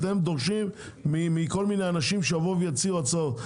אתם מבקשים מכל מיני אנשים שיציעו הצעות.